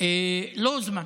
לא הוזמן.